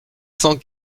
cent